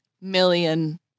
million